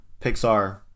Pixar